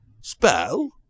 Spell